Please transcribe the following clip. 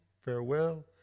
farewell